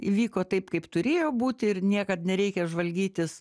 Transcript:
įvyko taip kaip turėjo būti ir niekad nereikia žvalgytis